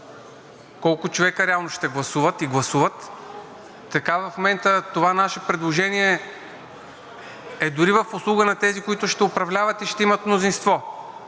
колко човека реално ще гласуват и гласуват, така в момента това наше предложение е дори в услуга на тези, които ще управляват и ще имат мнозинство,